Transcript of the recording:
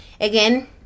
Again